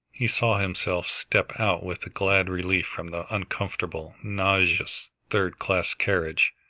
he saw himself step out with glad relief from the uncomfortable, nauseous, third-class carriage,